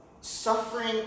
suffering